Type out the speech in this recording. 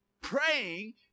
praying